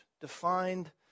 defined